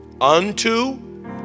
unto